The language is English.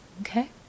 okay